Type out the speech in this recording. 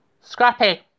Scrappy